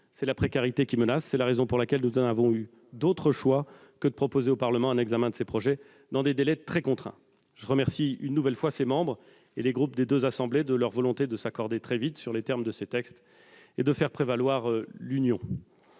c'est la précarité qui menace. C'est la raison pour laquelle nous n'avons eu d'autre choix que de proposer au Parlement un examen de ces projets de loi dans des délais très contraints. Je remercie une nouvelle fois ses membres et les groupes des deux assemblées de leur volonté de s'accorder très vite sur les termes de ces textes et de faire prévaloir l'union.